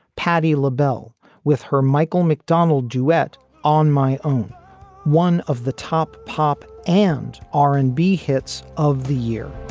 patti labelle with her michael mcdonald duet on my own one of the top pop and r and b hits of the year